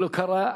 לא קרה.